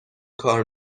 کار